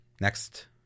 Next